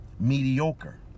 Mediocre